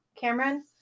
Cameron